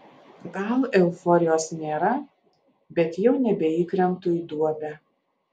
gal euforijos nėra bet jau nebeįkrentu į duobę